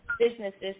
businesses